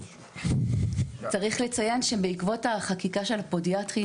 צריך לציין שבעקבות החקיקה של הפודיאטרים